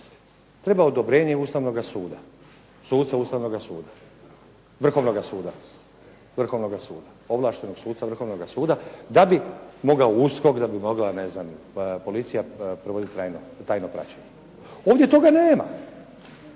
Treba odobrenje i Ustavnoga suda, suca Ustavnoga suda, Vrhovnoga suda, ovlaštenog suca Vrhovnoga suda da bi mogao USKOK, da bi mogla ne znam koja policija provoditi tajno praćenje. Ovdje toga nema.